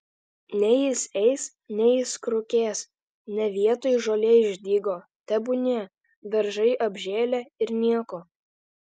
nei jis eis nei jis krutės ne vietoj žolė išdygo tebūnie daržai apžėlę ir nieko